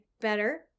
Better